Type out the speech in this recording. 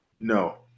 No